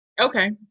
Okay